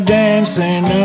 dancing